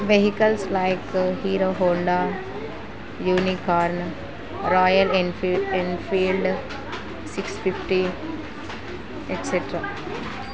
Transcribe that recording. vehicles like Hero Honda Unicorn Royal Enfield Enfield six fifty etcetera